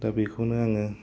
दा बेखौनो आङो